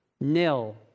Nil